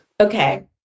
Okay